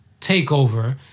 TakeOver